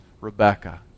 Rebecca